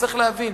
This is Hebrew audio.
צריך להבין,